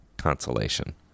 consolation